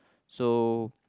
so